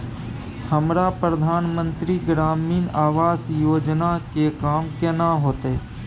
हमरा प्रधानमंत्री ग्रामीण आवास योजना के काम केना होतय?